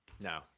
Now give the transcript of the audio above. No